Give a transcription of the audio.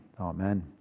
Amen